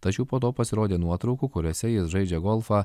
tačiau po to pasirodė nuotraukų kuriose jis žaidžia golfą